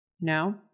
No